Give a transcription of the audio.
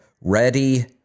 ready